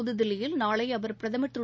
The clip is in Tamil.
புதுதில்லியில் நாளை அவர் பிரதமர் திரு